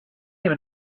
even